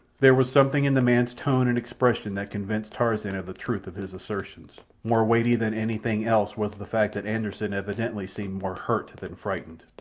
there was something in the man's tone and expression that convinced tarzan of the truth of his assertions. more weighty than anything else was the fact that anderssen evidently seemed more hurt than frightened.